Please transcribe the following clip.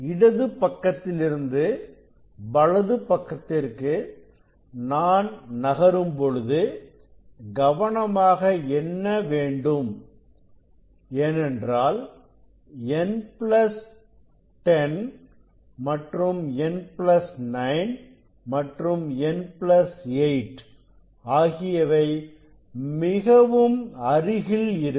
இடது பக்கத்திலிருந்து வலது பக்கத்திற்கு நான் நகரும் பொழுது கவனமாக என்ன வேண்டும் ஏனென்றால் n10 மற்றும் n9 மற்றும்n 8 ஆகியவை மிகவும் அருகில் இருக்கும்